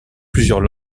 plusieurs